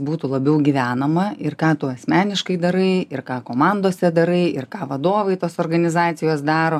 būtų labiau gyvenama ir ką tu asmeniškai darai ir ką komandose darai ir ką vadovai tos organizacijos daro